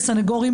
כסנגורים,